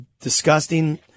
disgusting